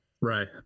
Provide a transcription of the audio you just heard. Right